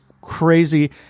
crazy